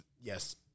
yes